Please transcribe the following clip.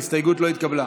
ההסתייגות לא התקבלה.